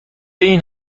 این